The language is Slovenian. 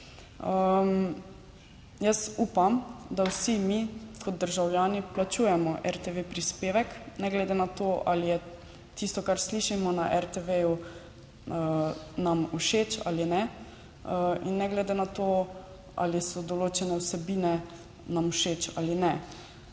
upam, da vsi mi kot državljani plačujemo RTV prispevek, ne glede na to ali je tisto, kar slišimo na RTV, ju nam všeč ali ne, in ne glede na to, ali so določene vsebine nam všeč ali ne.